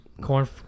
corn